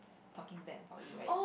talking bad about you right